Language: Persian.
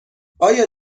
آیا